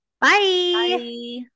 Bye